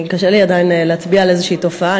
קשה לי עדיין להצביע על איזו תופעה.